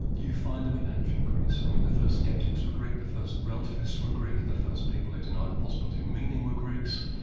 you find them in ancient greece um the first sceptics were greek, the first relativists were greek, the first people who denied the possibility of meaning were greeks,